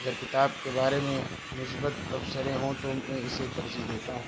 اگر کتاب کے بارے میں مثبت تبصرے ہوں تو میں اسے ترجیح دیتا ہوں